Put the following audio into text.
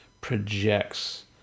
projects